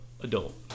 adult